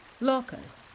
locusts